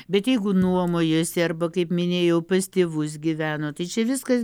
bet jeigu nuomojuosi arba kaip minėjau pas tėvus gyveno tai čia viskas